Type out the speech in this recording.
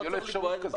שתהיה לו אפשרות כזאת.